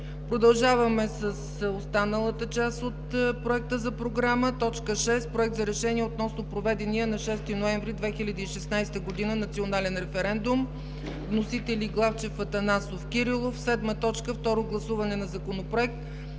Продължаваме с останалата част от Проект за програма. 6. Проект за решение относно проведения на 6 ноември 2016 г. национален референдум. Вносители са Главчев, Атанасова и Кирилов. 7. Второ гласуване на Законопроект